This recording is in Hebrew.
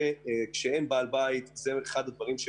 כשאין בעל בית זה מייצר